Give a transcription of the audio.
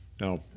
Now